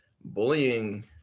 bullying